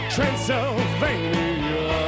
Transylvania